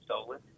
stolen